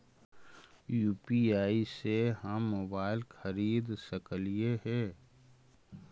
UPI से हम mobile खरिद सकलिऐ है